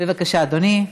בבקשה, אדוני.